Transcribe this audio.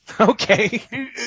Okay